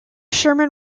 sherman